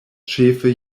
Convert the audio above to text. ĉefe